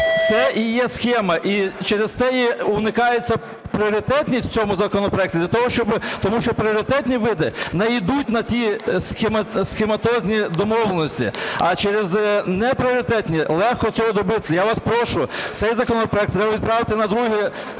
Це і є схема. Через те і уникається пріоритетність в цьому законопроекті, тому що пріоритетні види не йдуть на ті "схематозні" домовленості. А через непріоритетні легко цього добитися. Я вас прошу, цей законопроект треба відправити на